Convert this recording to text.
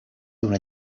d’una